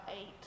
eight